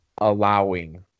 allowing